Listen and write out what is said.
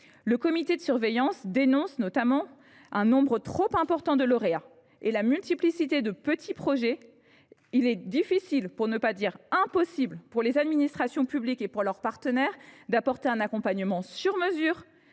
le comité dénonce, notamment, un nombre trop important de lauréats. De plus, à cause de la multiplicité de petits projets, il est difficile, pour ne pas dire impossible, pour les administrations publiques et pour leurs partenaires d’apporter un accompagnement sur mesure,